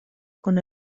con